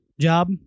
job